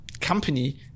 company